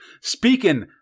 speaking